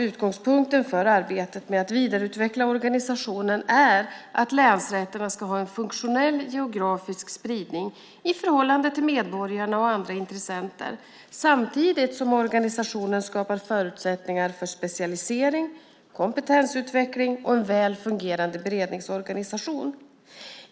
Utgångspunkten för arbetet med att vidareutveckla organisationen är att länsrätterna ska ha en funktionell geografisk spridning i förhållande till medborgarna och andra intressenter, samtidigt som organisationen skapar förutsättningar för specialisering, kompetensutveckling och en väl fungerande beredningsorganisation.